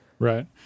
Right